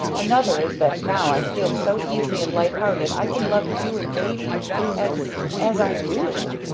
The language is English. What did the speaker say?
another is that now i feel so easy and lighthearted i can love you and baby as as i do!